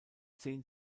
zehn